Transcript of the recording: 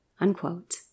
unquote